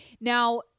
Now